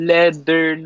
Leather